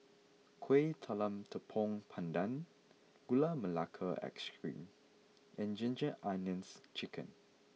Kueh Talam Tepong Pandan Gula Melaka Ice Cream and Ginger Onions Chicken